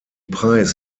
preis